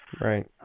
right